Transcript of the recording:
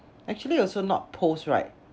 actually also not post right